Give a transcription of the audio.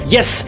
Yes